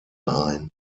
ein